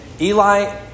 Eli